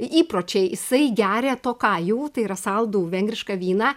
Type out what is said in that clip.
įpročiai jisai geria tokajų tai yra saldų vengrišką vyną